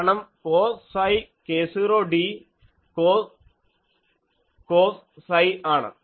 കാരണം cos psi k0d cos psi ആണ്